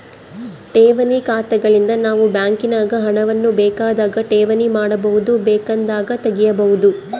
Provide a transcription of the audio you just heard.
ಠೇವಣಿ ಖಾತೆಗಳಿಂದ ನಾವು ಬ್ಯಾಂಕಿನಾಗ ಹಣವನ್ನು ಬೇಕಾದಾಗ ಠೇವಣಿ ಮಾಡಬಹುದು, ಬೇಕೆಂದಾಗ ತೆಗೆಯಬಹುದು